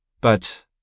But—